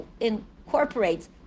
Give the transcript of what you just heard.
incorporates